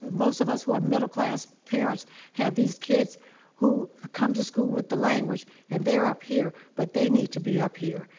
most of us who are middle-class parents have these kids who come to school with the language and they're up here, but they need to be up here.